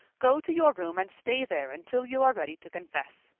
go to your room and stay there until you are ready to confess.